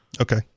Okay